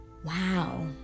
Wow